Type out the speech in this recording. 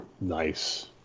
Nice